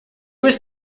was